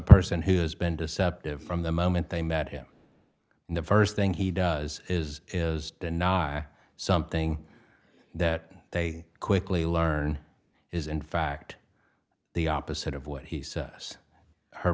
person who has been deceptive from the moment they met him the first thing he does is is not something that they quickly learn is in fact the opposite of what he